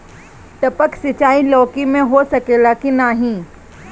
टपक सिंचाई लौकी में हो सकेला की नाही?